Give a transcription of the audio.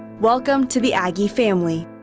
welcome to the aggie family.